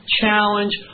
challenge